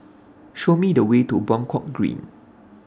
Show Me The Way to Buangkok Green